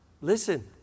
Listen